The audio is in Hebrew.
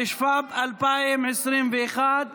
התשפ"ב 2021,